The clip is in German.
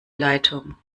leitung